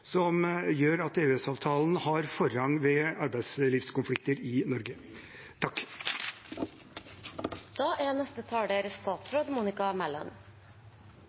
som gjør at EØS-avtalen har forrang ved arbeidslivskonflikter i Norge.